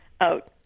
out